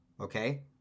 okay